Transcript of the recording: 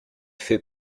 fait